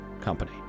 company